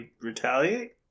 retaliate